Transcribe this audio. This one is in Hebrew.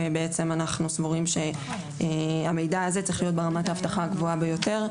ובעצם אנחנו סבורים שהמידע הזה צריך להיות ברמת האבטחה הגבוהה ביותר.